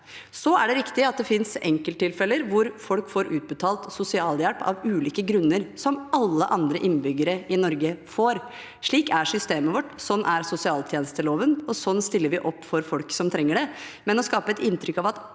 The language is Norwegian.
Så er det riktig at det fins enkelttilfeller hvor folk får utbetalt sosialhjelp av ulike grunner, som alle andre innbyggere i Norge får. Slik er systemet vårt, slik er sosialtjenesteloven, og slik stiller vi opp for folk som trenger det. Men å skape et inntrykk av at